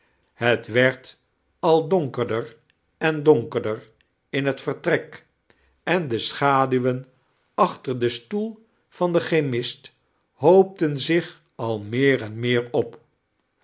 het werd al donkerder en domkerdetr in het veatrek en de schaduwen achtex den stoel van den chemist hoopten zich al meer en meer op